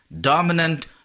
dominant